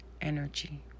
energy